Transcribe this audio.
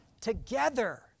together